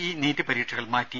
E NEET പരീക്ഷകൾ മാറ്റി